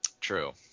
True